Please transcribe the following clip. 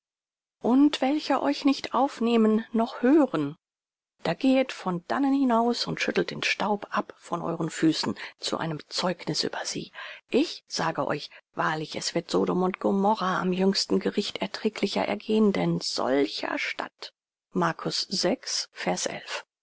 und welche euch nicht aufnehmen noch hören da gehet von dannen hinaus und schüttelt den staub ab von euren füßen zu einem zeugniß über sie ich sage euch wahrlich es wird sodom und gomorrha am jüngsten gericht erträglicher ergehn denn solcher stadt